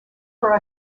for